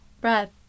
Breath